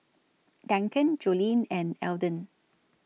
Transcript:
Duncan Jolene and Elden